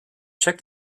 check